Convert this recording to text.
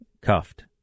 cuffed